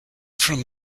from